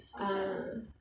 ah